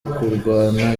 kurwana